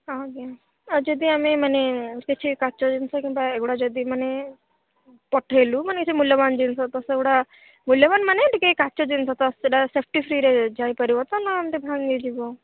ହଁ ଆଜ୍ଞା ଆଉ ଯଦି ଆମେମାନେ କିଛି କାଚ ଜିନିଷ କିମ୍ବା ଏଗୁଡ଼ା ଯଦି ମାନେ ପଠେଇଲୁ ମାନେ କିଛି ମୂଲ୍ୟବାନ ଜିନିଷ ତ ସେଗୁଡ଼ା ମୂଲ୍ୟବାନ ମାନେ ଟିକିଏ କାଚ ଜିନିଷ ତ ସେଇଟା ସେପ୍ଟି ଫ୍ରିରେ ଯାଇପାରିବ ତ ନା ଏମିତି ଭାଙ୍ଗିଯିବ